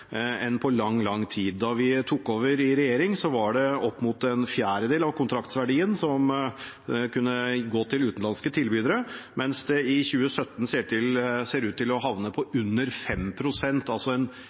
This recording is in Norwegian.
enn på lang tid. Da vi tok over i regjering, var det opp mot en fjerdedel av kontraktsverdien som kunne gå til utenlandske tilbydere, mens det i 2017 ser ut til å havne på